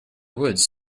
woods